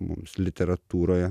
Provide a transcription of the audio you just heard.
mums literatūroje